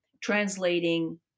translating